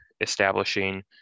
establishing